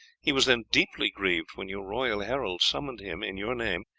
he was then deeply grieved when your royal herald summoned him, in your name,